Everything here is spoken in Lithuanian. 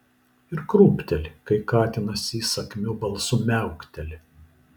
ir krūpteli kai katinas įsakmiu balsu miaukteli